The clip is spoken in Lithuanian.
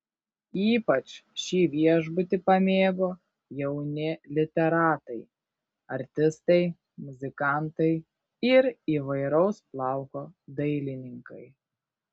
ypač šį viešbutį pamėgo jauni literatai artistai muzikantai ir įvairaus plauko dailininkai